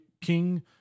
king